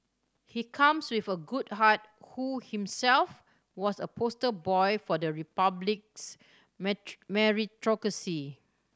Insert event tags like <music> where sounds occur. he comes with a good heart who himself was a poster boy for the Republic's <unintelligible> meritocracy